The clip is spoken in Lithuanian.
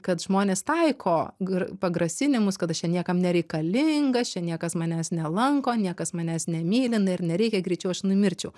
kad žmonės taiko gr pagrasinimus kad aš čia niekam nereikalingas čia niekas manęs nelanko niekas manęs nemyli na ir nereikia greičiau aš numirčiau